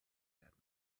werden